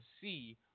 see